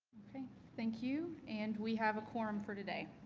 thank thank you. and we have a quorum for today.